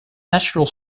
natural